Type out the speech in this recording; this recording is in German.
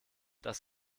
das